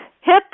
hip